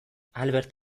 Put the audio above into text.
albert